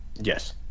Yes